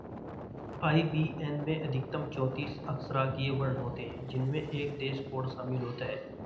IBAN में अधिकतम चौतीस अक्षरांकीय वर्ण होते हैं जिनमें एक देश कोड शामिल होता है